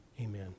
amen